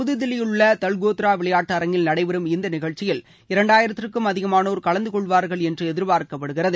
புதுதில்லியிலுள்ள தல்கத்தோரா விளையாட்டு அரங்கில் நடைபெறும் இந்த நிகழ்ச்சியில் இரண்டாயிரத்திற்கும் அதிகமானோர் கலந்து கொள்வார்கள் என்று எதியார்க்கப்படுகிறது